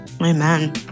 Amen